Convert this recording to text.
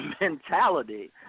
mentality